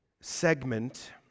segment